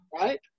right